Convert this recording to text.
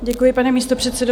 Děkuji, pane místopředsedo.